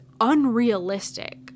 unrealistic